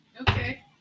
Okay